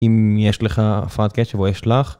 אם יש לך הפרעת קשב או יש לך